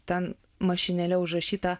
ten mašinėle užrašyta